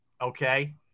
okay